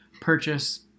purchase